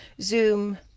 Zoom